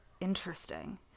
interesting